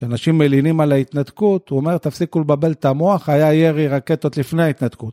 אנשים מלינים על ההתנתקות, הוא אומר תפסיקו לבלבל את המוח, היה ירי רקטות לפני ההתנתקות.